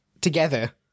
together